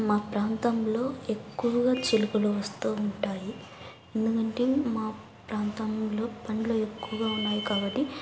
మా ప్రాంతంలో ఎక్కువగా చిలుకలు వస్తు ఉంటాయి ఎందుకంటే మా ప్రాంతంలో పండ్లు ఎక్కువగా ఉన్నాయి కాబట్టి